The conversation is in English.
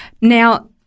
Now